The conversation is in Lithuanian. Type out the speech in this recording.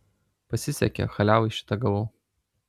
pasisekė chaliavai šitą gavau